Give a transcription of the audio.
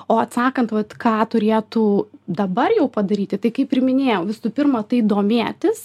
o atsakant vat ką turėtų dabar jau padaryti tai kaip ir minėjau visų pirma tai domėtis